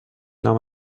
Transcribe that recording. نام